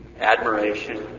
admiration